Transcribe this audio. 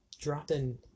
dropping